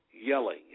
yelling